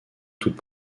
toute